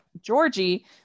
Georgie